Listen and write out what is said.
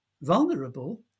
vulnerable